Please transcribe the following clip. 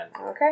okay